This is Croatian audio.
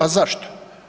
A zašto?